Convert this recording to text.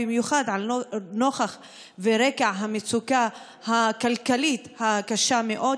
במיוחד נוכח ועל רקע המצוקה הכלכלית הקשה מאוד,